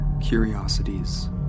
curiosities